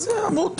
אז אמרו,